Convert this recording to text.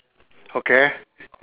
okay